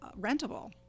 rentable